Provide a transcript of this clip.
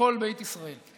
לכל בית ישראל.